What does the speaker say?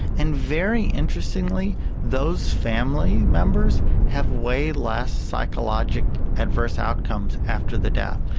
and very interestingly those family members have way less psychologic adverse outcomes after the death.